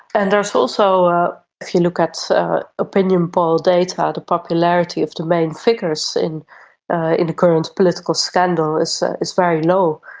and there is also, if you look at opinion poll data, the popularity of the main figures in the in the current political scandal is is very low,